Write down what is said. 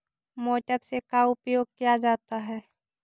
Motor से का उपयोग क्या जाता है?